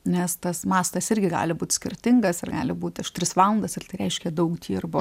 nes tas mastas irgi gali būt skirtingas ir gali būt už tris valandas ir reiškia daug dirbo